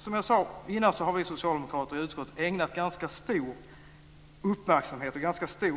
Som jag sade tidigare så har vi socialdemokrater i utskottet ägnat ganska stor uppmärksamhet och ganska mycket